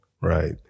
right